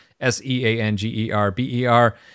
S-E-A-N-G-E-R-B-E-R